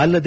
ಅಲ್ಲದೆ